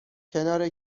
کنار